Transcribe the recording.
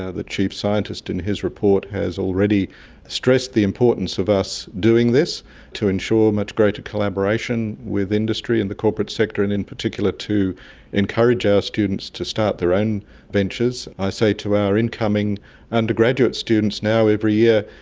ah the chief scientist in his report has already stressed the importance of us doing this to ensure much greater collaboration with industry in the corporate sector and in particular to encourage our students to start their own ventures. i say to our incoming undergraduate students now every year,